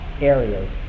areas